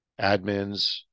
admins